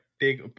take